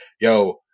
yo